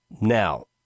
now